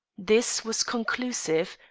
this was conclusive.